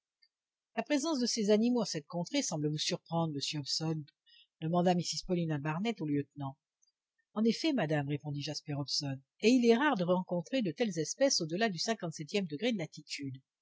la présence de ces animaux en cette contrée semble vous surprendre monsieur hobson demanda mrs paulina barnett au lieutenant en effet madame répondit jasper hobson et il est rare de rencontrer de telles espèces au-delà du cinquante-septième degré de latitude